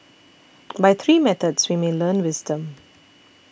by three methods we may learn wisdom